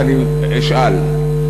ואני אשאל.